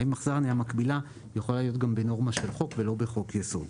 האם אכסניה מקבילה להיות גם בנורמה של חוק ולא בחוק-יסוד.